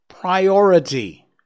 priority